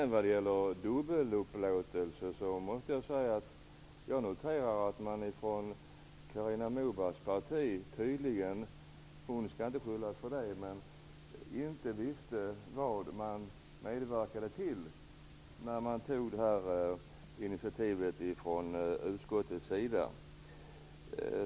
När det gäller dubbelupplåtelse måste jag säga att jag noterar att Carina Mobergs parti - hon skall i och för sig inte skyllas för det - tydligen inte visste vad man medverkade till när man tog detta initiativ från utskottets sida.